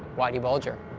whitey bulger.